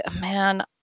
man